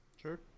Sure